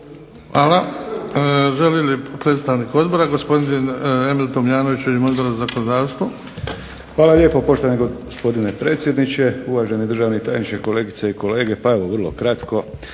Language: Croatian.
Hvala. Želi li predstavnik odbora? Gospodin Emil Tomljanović u ime Odbora za zakonodavstvo. **Tomljanović, Emil (HDZ)** Hvala lijepo, poštovani gospodine predsjedniče. Uvaženi državni tajniče, kolegice i kolege. Pa evo vrlo kratko.